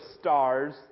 stars